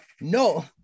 No